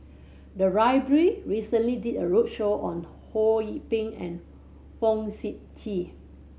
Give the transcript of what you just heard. the library recently did a roadshow on Ho Yee Ping and Fong Sip Chee